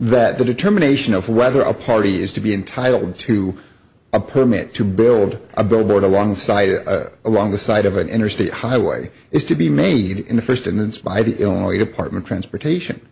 that the determination of whether a party is to be entitled to a permit to build a billboard alongside it along the side of an interstate highway is to be made in the first and it's by the illinois department transportation